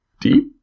Deep